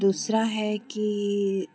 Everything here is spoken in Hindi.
दूसरा है कि